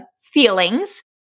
feelings